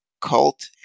cult